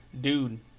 dude